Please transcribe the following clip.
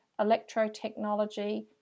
electrotechnology